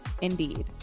indeed